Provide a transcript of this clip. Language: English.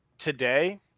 today